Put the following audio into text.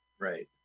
Right